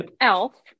Elf